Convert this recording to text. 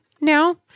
now